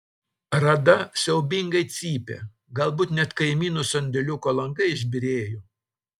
rada siaubingai cypė galbūt net kaimynų sandėliuko langai išbyrėjo